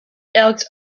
elks